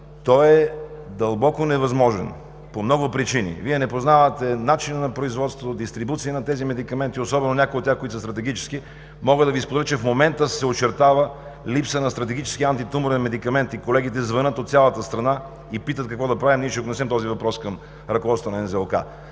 То е дълбоко невъзможно по много причини. Вие не познавате начина на производство, дистрибуцията на тези медикаменти – особено на някои от тях, които са стратегически. Мога да Ви споделя, че в момента се очертава липса на стратегически антитуморен медикамент. Колегите звънят от цялата страна и питат какво да правим. Ние ще го внесем този въпрос към ръководството на НЗОК.